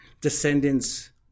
descendants